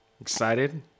excited